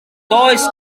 does